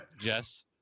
Jess